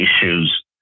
issues